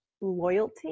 loyalty